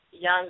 young